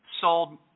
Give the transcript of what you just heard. sold